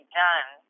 done